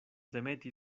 demeti